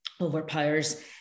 overpowers